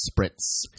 spritz